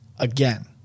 again